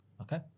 Okay